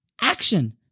action